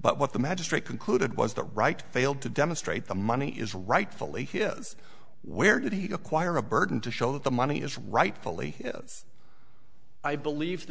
but what the magistrate concluded was that right failed to demonstrate the money is rightfully his where did he acquire a burden to show that the money is rightfully his i believe the